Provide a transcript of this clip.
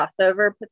crossover